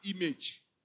image